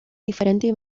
diferentes